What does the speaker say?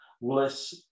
less